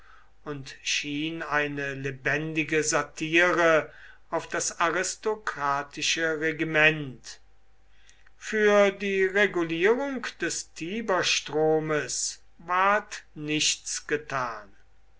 und schien eine lebendige satire auf das aristokratische regiment für die regulierung des tiberstromes ward nichts getan